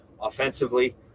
offensively